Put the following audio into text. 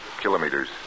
kilometers